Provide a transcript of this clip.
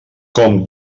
com